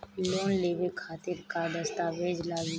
Loan लेवे खातिर का का दस्तावेज लागी?